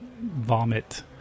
vomit